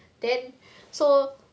then so